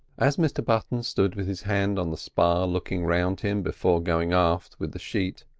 as mr button stood with his hand on the spar looking round him before going aft with the sheet,